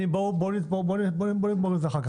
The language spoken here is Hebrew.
בואו נגמור את זה אחר כך,